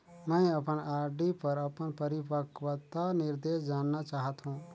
मैं अपन आर.डी पर अपन परिपक्वता निर्देश जानना चाहत हों